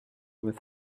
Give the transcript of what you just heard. with